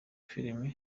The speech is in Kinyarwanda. film